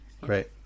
Great